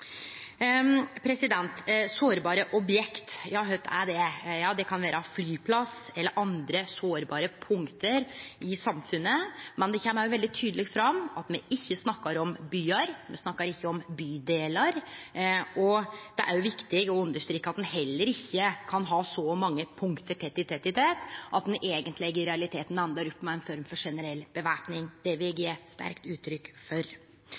Sårbare objekt – kva er det? Det kan vere flyplassar eller andre sårbare punkt i samfunnet, men det kjem òg veldig tydeleg fram at me ikkje snakkar om byar, og me snakkar ikkje om bydelar. Det er også viktig å understreke at ein heller ikkje kan ha så mange punkt tett i tett at ein i realiteten endar opp med ei form for generell væpning – det vil eg gje sterkt uttrykk for.